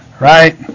right